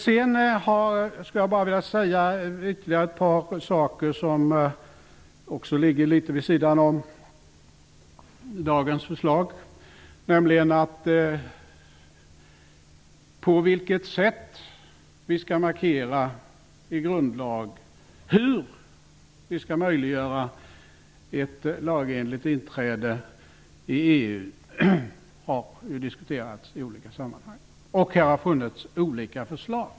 Jag skulle vilja ta upp några saker som ligger litet vid sidan av dagens förslag, nämligen på vilket sätt vi i grundlag skall markera hur vi skall möjliggöra ett lagenligt inträde i EU; det har ju diskuterats i olika sammanhang, och det har funnit olika förslag.